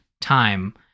time